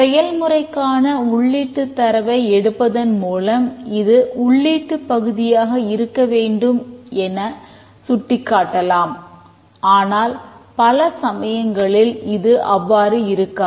செயல்முறைக்கான உள்ளீட்டுத் தரவை எடுப்பதன் மூலம் இது உள்ளீட்டு பகுதியாக இருக்கவேண்டும் என சுட்டிக் காட்டலாம் ஆனால் பல சமயங்களில் இது அவ்வாறு இருக்காது